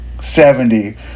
seventy